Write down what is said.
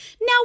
now